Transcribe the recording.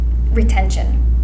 retention